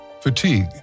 fatigue